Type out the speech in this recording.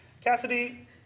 Cassidy